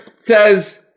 Says